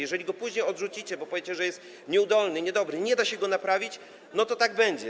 Jeżeli go później odrzucicie, powiecie, że jest nieudolny, niedobry, nie da się go naprawić, to tak będzie.